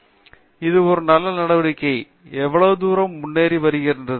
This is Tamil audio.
பேராசிரியர் அரிந்தமா சிங் இது ஒரு நல்ல நடவடிக்கை எவ்வளவு தூரம் முன்னேறி வருகிறது